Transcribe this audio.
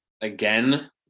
again